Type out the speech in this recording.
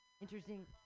interesting